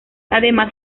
además